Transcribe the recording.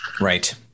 right